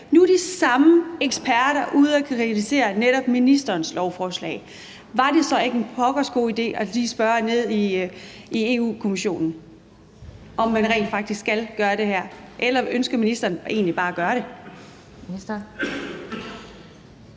Nu er de samme eksperter ude at kritisere netop ministerens lovforslag. Var det så ikke en pokkers god idé lige at spørge nede i Europa-Kommissionen, om man rent faktisk skal gøre det her? Eller ønsker ministeren egentlig bare at gøre det?